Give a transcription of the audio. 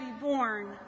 born